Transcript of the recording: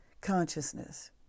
consciousness